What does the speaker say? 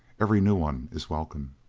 every new one is welcome.